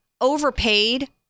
overpaid